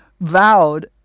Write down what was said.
vowed